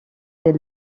des